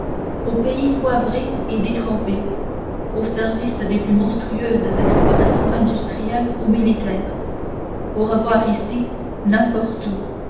aux pays poivrés et détrempés au service des plus monstrueuses exploitations industrielles ou militaires au revoir ici n'importe où